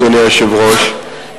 אדוני היושב-ראש,